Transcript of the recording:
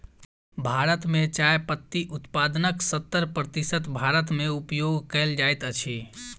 भारत मे चाय पत्ती उत्पादनक सत्तर प्रतिशत भारत मे उपयोग कयल जाइत अछि